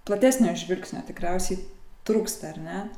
platesnio žvilgsnio tikriausiai trūksta ar ne